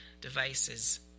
devices